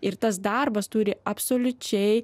ir tas darbas turi absoliučiai